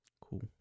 Cool